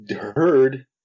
heard